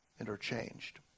interchanged